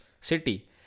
City